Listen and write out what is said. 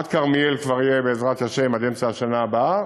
ועד כרמיאל יהיה, בעזרת השם, עד אמצע השנה הבאה,